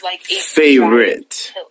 favorite